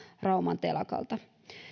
rauman telakalta